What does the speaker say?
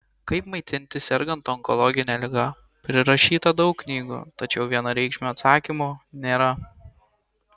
kaip maitintis sergant onkologine liga prirašyta daug knygų tačiau vienareikšmio atsakymo nėra